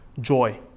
joy